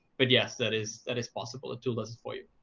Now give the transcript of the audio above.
but yes, that is that is possible. the tool does it for you.